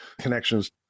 connections